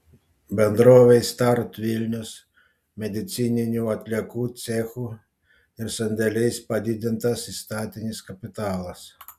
bendrovei start vilnius medicininių atliekų cechu ir sandėliais padidintas įstatinis kapitalas